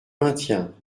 maintiens